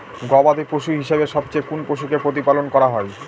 গবাদী পশু হিসেবে সবচেয়ে কোন পশুকে প্রতিপালন করা হয়?